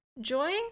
joy